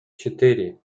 четыре